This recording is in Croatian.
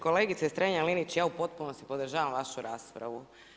Kolegice Strenja-Linić, ja u potpunosti podržavam vašu raspravu.